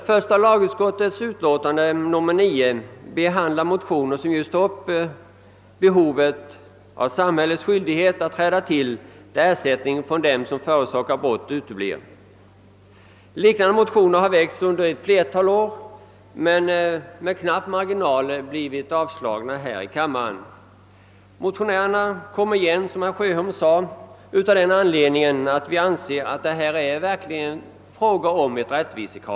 Första lagutskottets utlåtande nr 9 behandlar motioner som tar upp just samhällets skyldighet att träda till då ersättningen från dem som gjort sig skyldiga till brott uteblir. Liknande motioner har väckts under ett flertal år och med knapp marginal avslagits här i kammaren. Motionärerna kommer igen, som herr Sjöholm sade, av den anledningen att vi anser att detta verkligen är ett rättvisekrav.